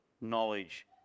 knowledge